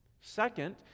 Second